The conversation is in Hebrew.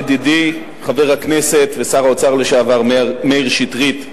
ידידי חבר הכנסת ושר האוצר לשעבר מאיר שטרית,